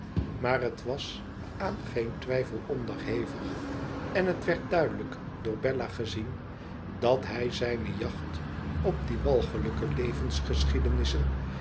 maar het was aan geen twijfel onderhevig en het werd duidelijk door bella gezien dat hij zijne jacht op die